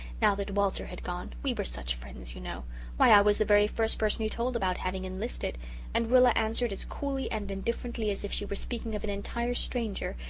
now that walter had gone we were such friends, you know why i was the very first person he told about having enlisted and rilla answered, as coolly and indifferently as if she were speaking of an entire stranger,